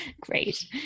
Great